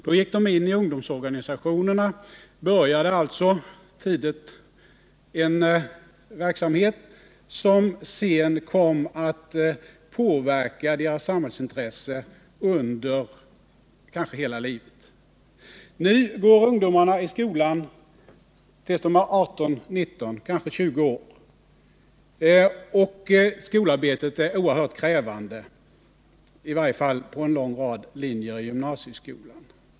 Då gick de in i ungdomsorganisationerna. De började alltså tidigt en verksamhet som sedan kom att påverka deras samhällsintresse under kanske hela livet. Nu går ungdomarna i skolan tills de är 18, 19 och kanske 20 år. Och skolarbetet är oerhört krävande, i varje fall på en lång rad linjer i gymnasieskolan.